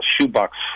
shoebox